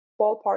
ballpark